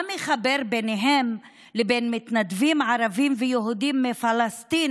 מה מחבר ביניהם לבין מתנדבים ערבים ויהודים מפלסטין